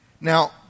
Now